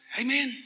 Amen